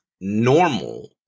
normal